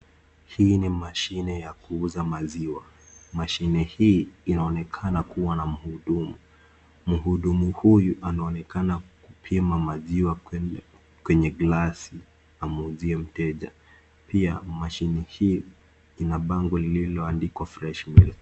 Hii ni mashine ya kuuza maziwa. Mashine hii inaonekana kuwa na mhudumu. Mhudumu huyu anaonekana kupima maziwa kwenye glasi amuuzie mteja. Pia mashine hii ina bango liloandiko (cs) fresh milk (cs).